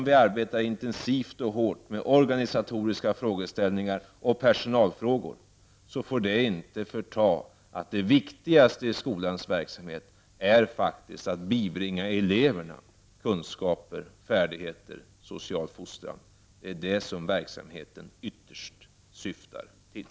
Vi arbetar intensivt och hårt med organisatoriska och personalmässiga frågor, men det viktigaste i skolans verksamhet är ändå faktiskt att bibringa eleverna kunskaper, färdigheter och social fostran. Det är det som verksamheten ytterst syftar till.